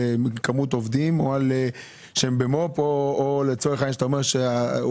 על כמות עובדים או על שהם במו"פ או לצורך העניין אתה אומר שהוא